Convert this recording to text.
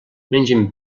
mengen